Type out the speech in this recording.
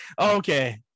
okay